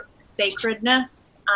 sacredness